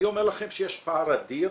אני אומר לכם שיש פער אדיר